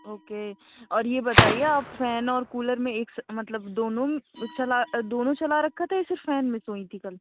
okay اور یہ بتائیے آپ فین اور کولر میں ایک مطلب دونوں چلا دونوں چلا رکھا تھا یا صرف فین میں سوئی تھیں کل